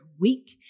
week